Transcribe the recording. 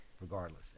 regardless